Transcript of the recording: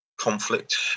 conflict